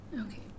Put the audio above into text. Okay